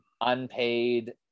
unpaid